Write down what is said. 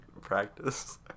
practice